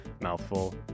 mouthful